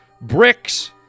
bricks